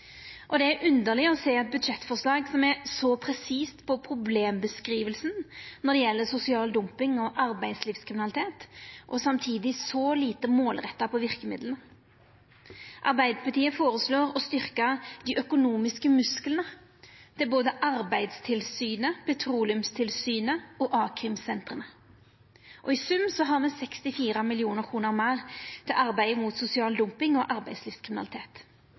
Det er underleg å sjå eit budsjettforslag som er så presist på problembeskrivinga når det gjeld sosial dumping og arbeidslivskriminalitet, og samtidig så lite målretta på verkemiddel. Arbeidarpartiet føreslår å styrkja dei økonomiske musklane til både Arbeidstilsynet, Petroleumstilsynet og a-krimsentra. I sum har me 64 mill. kr meir til arbeidet mot sosial dumping og arbeidslivskriminalitet.